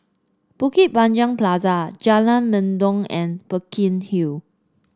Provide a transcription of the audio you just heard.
Bukit Panjang Plaza Jalan Mendong and Burkill Hall